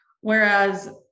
Whereas